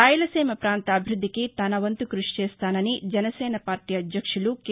రాయలసీమ ప్రాంత అభివ్బద్దికి తన వంతు క్బషి చేస్తానని జనసేన పార్టీ అధ్యక్షుడు కె